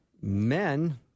Men